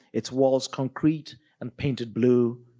its walls concrete and painted blue,